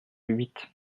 huit